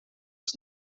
les